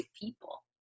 people